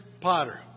Potter